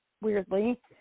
weirdly